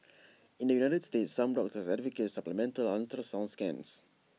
in the united states some doctors advocate supplemental ultrasound scans